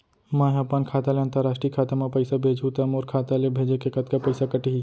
मै ह अपन खाता ले, अंतरराष्ट्रीय खाता मा पइसा भेजहु त मोर खाता ले, भेजे के कतका पइसा कटही?